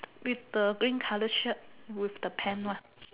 with the green colour shirt with the pan one